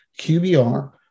QBR